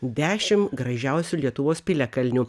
dešim gražiausių lietuvos piliakalnių